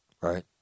Right